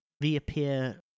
reappear